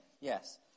Yes